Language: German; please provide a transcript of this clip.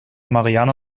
marianne